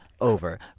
over